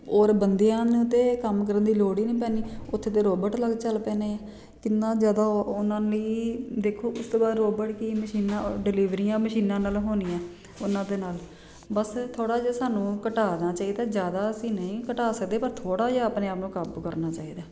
ਔਰ ਬੰਦਿਆਂ ਨੇ ਤਾਂ ਇਹ ਕੰਮ ਕਰਨ ਦੀ ਲੋੜ ਹੀ ਨਹੀਂ ਪੈਣੀ ਉੱਥੇ ਤਾਂ ਰੋਬਟ ਲੱਗ ਚੱਲ ਪਏ ਨੇ ਕਿੰਨਾ ਜ਼ਿਆਦਾ ਉਹਨਾਂ ਲਈ ਦੇਖੋ ਉਸ ਤੋਂ ਬਾਅਦ ਰੋਬਟ ਕੀ ਮਸ਼ੀਨਾਂ ਡਿਲੀਵਰੀਆਂ ਮਸ਼ੀਨਾਂ ਨਾਲ ਹੋਣੀਆਂ ਉਹਨਾਂ ਦੇ ਨਾਲ ਬਸ ਥੋੜ੍ਹਾ ਜਿਹਾ ਸਾਨੂੰ ਘਟਾਉਣਾ ਚਾਹੀਦਾ ਜ਼ਿਆਦਾ ਅਸੀਂ ਨਹੀਂ ਘਟਾ ਸਕਦੇ ਪਰ ਥੋੜ੍ਹਾ ਜਿਹਾ ਆਪਣੇ ਆਪ ਨੂੰ ਕਾਬੂ ਕਰਨਾ ਚਾਹੀਦਾ